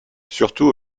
surtout